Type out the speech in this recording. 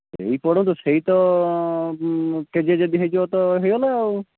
ସେଇ ପଡ଼ନ୍ତୁ ସେଇ ତ କେଜିଏ ଯଦି ହୋଇଯିବ ତ ହୋଇଗଲା ଆଉ